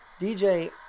DJ